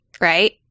right